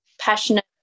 passionate